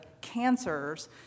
cancers